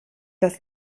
das